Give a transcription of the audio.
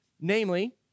namely